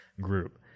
group